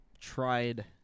tried